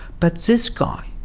but this guy,